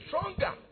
stronger